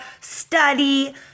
study